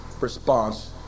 response